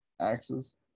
axes